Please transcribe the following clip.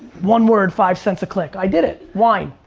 one word, five cents a click. i did it. wine.